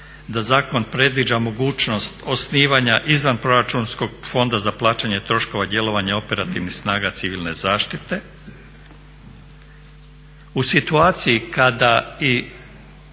da zakon predviđa mogućnost osnivanja izvanproračunskog fonda za plaćanje troškova djelovanja operativnih snaga civilne zaštite u situaciji kada i